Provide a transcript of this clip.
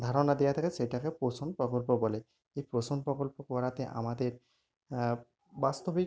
ধারণা দেওয়া থাকে সেটাকে পোষণ প্রকল্প বলে এই পোষণ প্রকল্প করাতে আমাদের বাস্তবিক